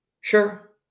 Sure